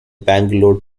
bangalore